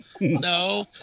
No